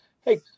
hey